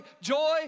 joy